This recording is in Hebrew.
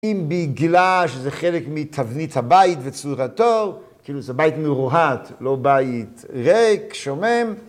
אם בגלל שזה חלק מתבנית הבית וצורתו, כאילו זה בית מרוהט, לא בית ריק, שומם,